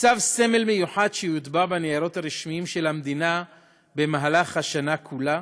עוצב סמל מיוחד שיוטבע בניירות הרשמיים של המדינה במהלך השנה כולה.